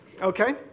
okay